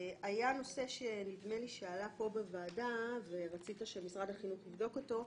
נושא שנדמה לי שהוא עלה כאן בוועדה ורצית שמשרד החינוך יבדוק אותו.